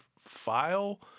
file